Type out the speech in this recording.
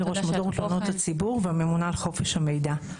אני ראש מדור תלונות הציבור והממונה על חופש המידע.